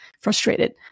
frustrated